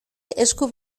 esku